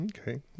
Okay